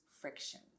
friction